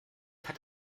hat